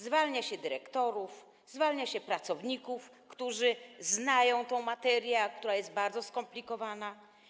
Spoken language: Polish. Zwalnia się dyrektorów, zwalnia się pracowników, którzy znają tę materię, która jest bardzo skomplikowana.